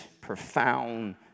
profound